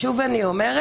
שוב אני אומרת,